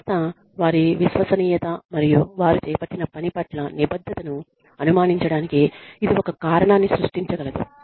సంస్థ వారి విశ్వసనీయత మరియు వారు చేపట్టిన పని పట్ల నిబద్ధతను అనుమానించడానికి ఇది ఒక కారణాన్ని సృష్టించగలదు